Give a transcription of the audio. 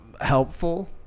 helpful